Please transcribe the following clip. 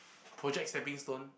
project stepping stone